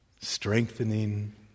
strengthening